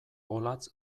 olatz